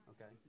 Okay